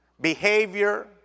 behavior